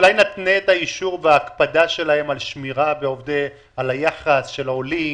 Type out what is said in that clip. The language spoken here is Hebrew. אולי נתנה את האישור שלהם בהקפדה שלהם על שמירה על היחס לעולים,